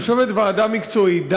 יושבת ועדה מקצועית,